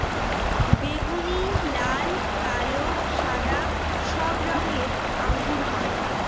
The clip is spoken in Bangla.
বেগুনি, লাল, কালো, সাদা সব রঙের আঙ্গুর হয়